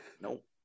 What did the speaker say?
Nope